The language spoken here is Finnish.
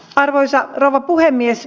arvoisa rouva puhemies